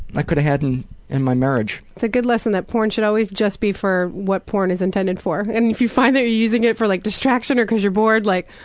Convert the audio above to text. i could have had in and my marriage. it's a good lesson that porn should always just be for what porn is intended for, and if you find that you're using it for like distraction or because you're bored, like,